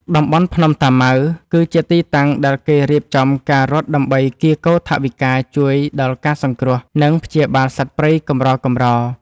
តំបន់ភ្នំតាម៉ៅ គឺជាទីតាំងដែលគេរៀបចំការរត់ដើម្បីកៀរគរថវិកាជួយដល់ការសង្គ្រោះ និងព្យាបាលសត្វព្រៃកម្រៗ។